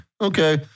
okay